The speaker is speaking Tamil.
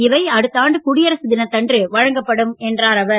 இவை அடுத்த ஆண்டு குடியரசு தினத்தன்று வழங்கப்படும் என்றார் அவர்